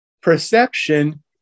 perception